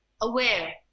aware